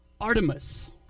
Artemis